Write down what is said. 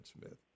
Smith